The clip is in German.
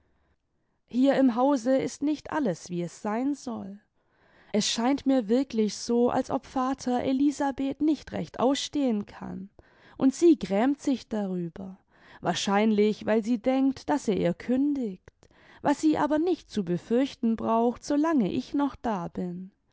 hier im hause ist nicht alles vde es sein soll es scheint mir wirklich so als ob vater elisabeth nicht recht ausstehen kann und sie grämt sich darüber wahrscheinlich weil sie denkt daß er ihr kündigt was sie aber nicht zu befürchten braucht solange ich noch da bin